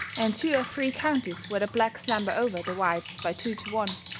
and two or three counties where the blacks number over the whites by two to one.